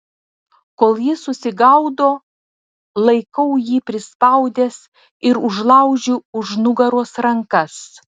kol jis susigaudo laikau jį prispaudęs ir užlaužiu už nugaros rankas